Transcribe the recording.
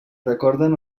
recorden